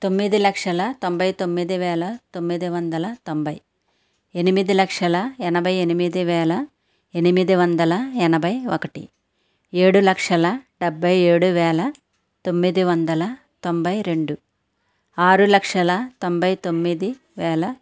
తొమ్మిది లక్షల తొంభై తొమ్మిది వేల తొమ్మిది వందల తొంభై ఎనిమిది లక్షల ఎనభై ఎనిమిది వేల ఎనిమిది వందల ఎనభై ఒకటి ఏడు లక్షల డెబ్భై ఏడు వేల తొమ్మిది వందల తొంభై రెండు ఆరు లక్షల తొంభై తొమ్మిది వేల